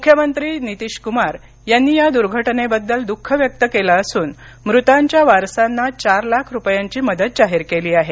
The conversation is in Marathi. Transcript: मुख्यमंत्री नितीश कुमार यांनी या दुर्घटनेबद्दल दुःख व्यक्त केलं असून मृतांच्या वारसांना चार लाख रुपयांची मदत जाहीर केली आहे